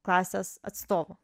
klasės atstovų